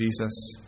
Jesus